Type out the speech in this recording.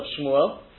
Shmuel